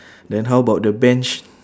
then how about the bench